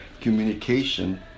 communication